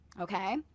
okay